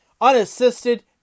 unassisted